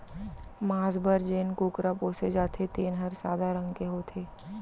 मांस बर जेन कुकरा पोसे जाथे तेन हर सादा रंग के होथे